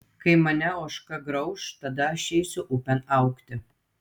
kai mane ožka grauš tada aš eisiu upėn augti